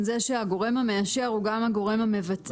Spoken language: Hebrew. זה שהגורם המאשר הוא גם הגורם המבצע.